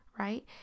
Right